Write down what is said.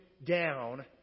down